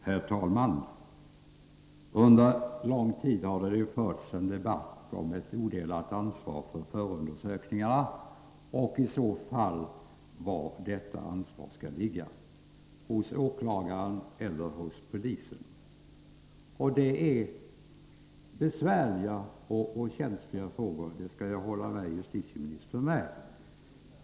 Herr talman! Under lång tid har det förts en debatt om ett odelat ansvar för förundersökningarna och var detta ansvar i så fall skall ligga — hos åklagaren eller hos polisen. Det är besvärliga och känsliga frågor; det skall jag hålla med justitieministern om.